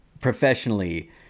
professionally